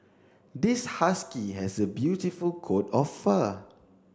this husky has a beautiful coat of fur